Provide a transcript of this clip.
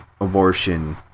abortion